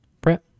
Brett